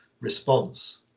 response